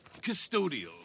custodial